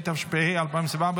התשפ"ה 2024,